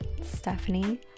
Stephanie